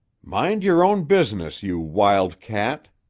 mind your own business, you wild cat,